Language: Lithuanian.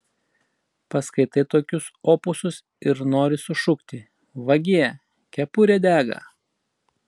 paskaitai tokius opusus ir nori sušukti vagie kepurė dega